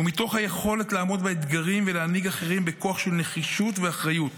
ומתוך היכולת לעמוד באתגרים ולהנהיג אחרים בכוח של נחישות ואחריות